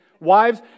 Wives